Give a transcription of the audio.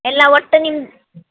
ಎಲ್ಲ ಓಟ್ ನಿಮ್ಮ